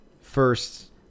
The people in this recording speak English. first